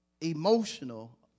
emotional